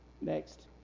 Next